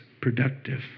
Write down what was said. productive